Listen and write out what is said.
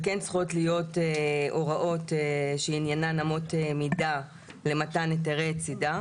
וכן צריכות להיות הוראות שעניינן אמות מידה למתן היתרי צידה.